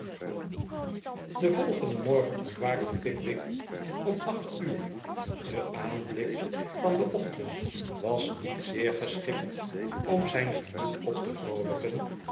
den volgenden morgen ontwaakte pickwick om acht uur de aanblik van den ochtend was niet zeer geschikt om zijn gemoed op te vroolijken